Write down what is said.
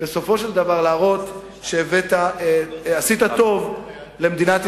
ובסופו של דבר להראות שעשית טוב למדינת ישראל ולעם ישראל.